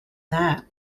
that